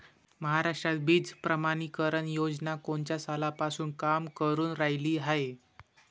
महाराष्ट्रात बीज प्रमानीकरण यंत्रना कोनच्या सालापासून काम करुन रायली हाये?